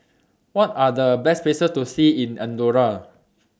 What Are The Best Places to See in Andorra